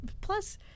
plus